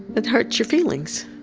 it hurts your feelings.